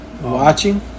Watching